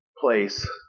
place